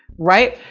right.